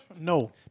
No